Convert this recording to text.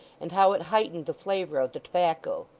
and how it heightened the flavour of the tobacco.